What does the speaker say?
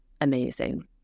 amazing